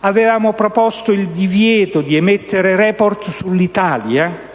Avevamo proposto il divieto di emettere *report* sull'Italia